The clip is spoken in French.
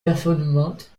performantes